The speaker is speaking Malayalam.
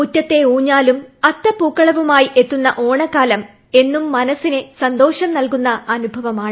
മുറ്റത്തെ ഊഞ്ഞാലും അത്തപ്പൂക്കളവുമായി എത്തുന്ന ഓണക്കാലം എന്നും മനസിന് സന്തോഷം നല്കുന്ന അനുഭവമാണ്